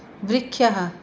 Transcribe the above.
वृक्षः